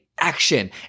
action